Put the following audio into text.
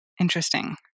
Interesting